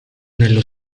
nello